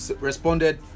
responded